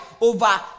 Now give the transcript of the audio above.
over